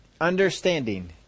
Understanding